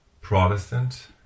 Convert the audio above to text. Protestant